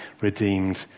redeemed